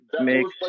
makes